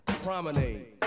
Promenade